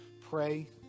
pray